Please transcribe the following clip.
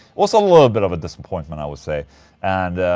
was a little bit of a disappointment i would say and.